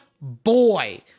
boy